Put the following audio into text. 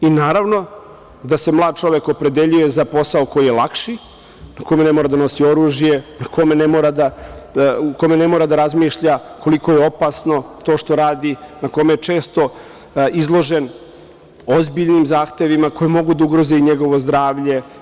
I, naravno da se mlad čovek opredeljuje za posao koji je lakši, u kome ne mora da nosi oružje, u kome ne mora da razmišlja koliko je opasno to što radi, na kome je često izložen ozbiljnim zahtevima koji mogu da ugroze i njegovo zdravlje.